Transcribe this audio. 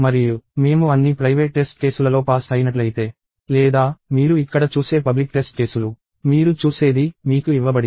మరియు మేము అన్ని ప్రైవేట్ టెస్ట్ కేసులలో పాస్ అయినట్లయితే లేదా మీరు ఇక్కడ చూసే పబ్లిక్ టెస్ట్ కేసులు మీరు చూసేది మీకు ఇవ్వబడింది